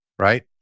Right